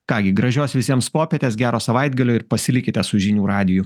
ką gi gražios visiems popietės gero savaitgalio ir pasilikite su žinių radiju